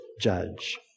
judge